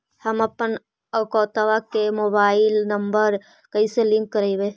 हमपन अकौउतवा से मोबाईल नंबर कैसे लिंक करैइय?